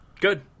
good